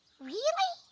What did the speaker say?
really?